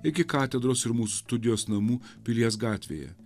iki katedros ir mūsų studijos namų pilies gatvėje